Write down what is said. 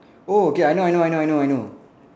oh okay I know I know I know I know